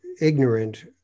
ignorant